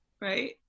right